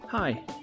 Hi